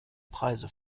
preise